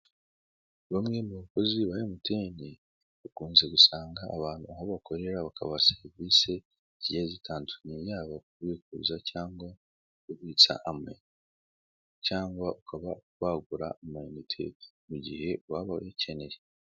Bamwe mu bakozi ba emutiyene bakunze gusanga abantu aho bakorera bakabaha serivise zigiye zitandukanye yaba kubikuza cyangwa kubitsa amayinite, cyangwa ukaba wagura amayinite igihe waba ubikeneye.